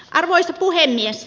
arvoisa puhemies